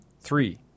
three